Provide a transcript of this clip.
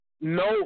No